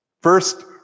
first